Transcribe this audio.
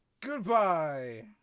Goodbye